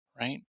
right